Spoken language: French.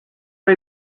pas